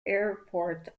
airport